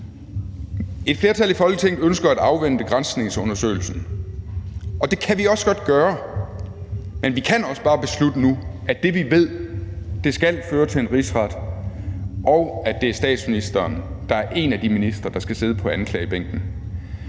Et flertal i Folketinget ønsker at afvente granskningsundersøgelsen, og det kan vi også godt gøre, men vi kan også bare beslutte nu, at det, vi ved, skal føre til en rigsret, og at det er statsministeren, der er en af de ministre, der skal sidde på anklagebænken.